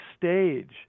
stage